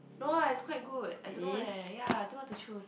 no ah it's quite good I don't know eh ya I don't know what to choose